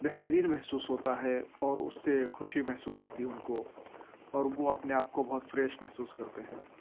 بہترین محسوس ہوتا ہے اور اس سے خوشی محسوس ہوتی ہے ان کو اور وہ اپنے آپ کو بہت فریش محسوس کرتے ہیں